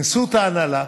כינסו את ההנהלה,